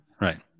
Right